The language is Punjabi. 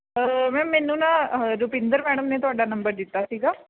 ਮੈਮ ਮੈਨੂੰ ਨਾ ਰੁਪਿੰਦਰ ਮੈਡਮ ਨੇ ਤੁਹਾਡਾ ਨੰਬਰ ਦਿੱਤਾ ਸੀਗਾ